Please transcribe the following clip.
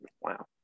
wow